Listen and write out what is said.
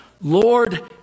Lord